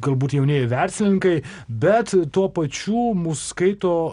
galbūt jaunieji verslininkai bet tuo pačiu mus skaito